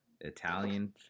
Italian